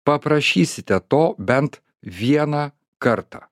paprašysite to bent vieną kartą